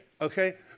Okay